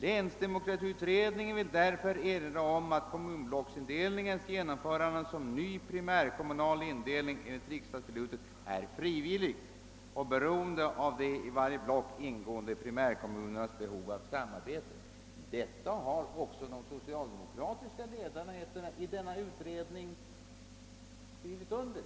Länsdemokratiutredningen vill därför erinra om att kommunblocksindelningens <genomförande som ny primärkommunal indelning enligt riksdagsbeslut är frivillig och beroende av de i varje block ingående primärkommunernas behov av samarbete.» Detta uttalande har också de socialdemokratiska ledamöterna i utredningen skrivit under.